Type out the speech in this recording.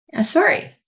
Sorry